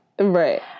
Right